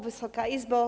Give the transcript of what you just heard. Wysoka Izbo!